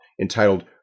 entitled